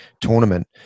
tournament